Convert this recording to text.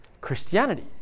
Christianity